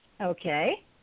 Okay